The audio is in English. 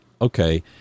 okay